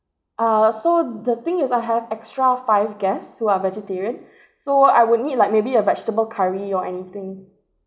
uh so the thing is I have extra five guests who are vegetarian so I would need like maybe a vegetable curry or anything